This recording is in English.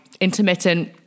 intermittent